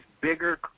bigger